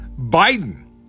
Biden